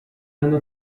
hanno